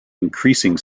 increasing